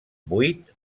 vuit